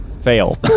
Fail